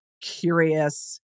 curious